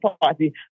Party